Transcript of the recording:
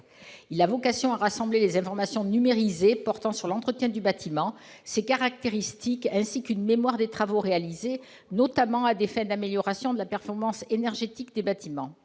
a vocation à rassembler les informations numérisées portant sur l'entretien du bâtiment, ses caractéristiques, ainsi qu'une mémoire des travaux réalisés, notamment à des fins d'amélioration de la performance énergétique des bâtiments.